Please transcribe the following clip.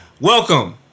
welcome